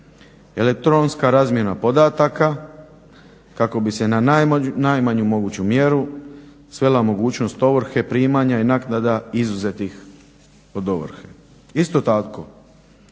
Elektronska razmjena podataka kako bi se na najmanju moguću mjeru svela mogućnost ovrhe, primanja i naknada izuzetih od ovrhe. Isto tako